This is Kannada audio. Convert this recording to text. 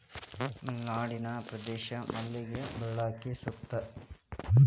ಮಲೆನಾಡಿನ ಪ್ರದೇಶ ಮಲ್ಲಿಗೆ ಬೆಳ್ಯಾಕ ಸೂಕ್ತ